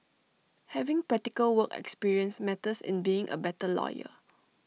having practical work experience matters in being A better lawyer